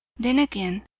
then again,